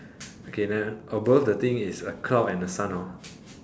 okay then above the thing is a cloud and the sun hor